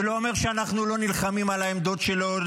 זה לא אומר שאנחנו לא נלחמים על העמדות שלנו,